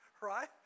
right